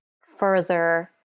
further